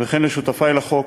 וכן לשותפותי לחוק,